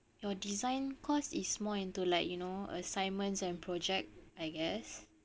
your design course is more into like you know assignments and project I guess